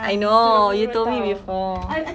I know you told me before